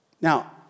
Now